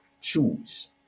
choose